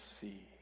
see